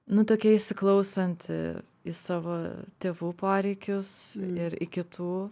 nu tokia įsiklausanti į savo tėvų poreikius ir į kitų